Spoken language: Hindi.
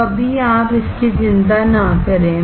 तो अभी आप इसकी चिंता न करें